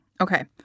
Okay